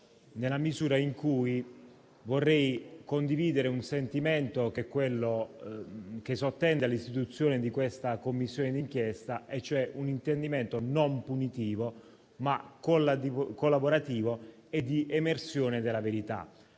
nella misura in cui vorrei condividere un sentimento che è quello che sottende all'istituzione di questa Commissione d'inchiesta, che non è punitivo, ma collaborativo e di emersione della verità.